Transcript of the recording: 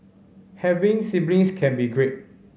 having siblings can be great